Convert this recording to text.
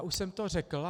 Už jsem to řekl.